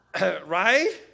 Right